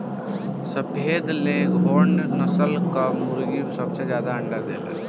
सफ़ेद लेघोर्न नस्ल कअ मुर्गी सबसे ज्यादा अंडा देले